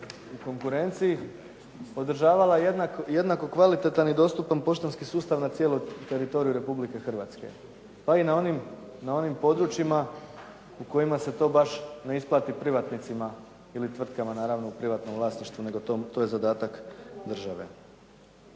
u konkurenciji, održavala jednako kvalitetan i dostupan poštanski sustav na cijelom teritoriju Republike Hrvatske, pa i na onim područjima u kojima se to baš ne isplati privatnicima ili tvrtkama u privatnom vlasništvu, nego to je zadatak države.